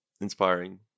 inspiring